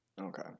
Okay